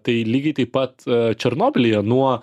tai lygiai taip pat černobylyje nuo